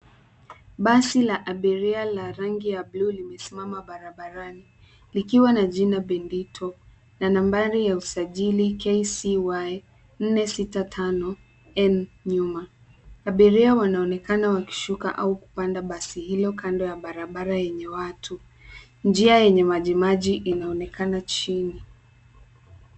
Basi la abiria la rangi ya blue limesimama barabarani, likiwa na jina Bindito, na nambari ya usaji KCY 465N nyuma. Abiria wanonekana wakishuka au kupanda basi hilo kando ya barabara yenye watu. Njia yenye majimaji inaoenakana chini.